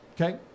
Okay